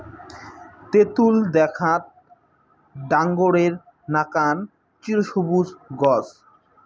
তেতুল দ্যাখ্যাত ডাঙরের নাকান চিরসবুজ গছ